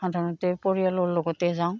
সাধাৰণতে পৰিয়ালৰ লগতে যাওঁ